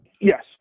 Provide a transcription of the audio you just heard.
Yes